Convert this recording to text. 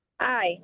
Hi